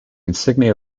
insignia